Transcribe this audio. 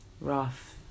rough